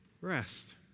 Rest